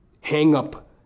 hang-up